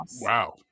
Wow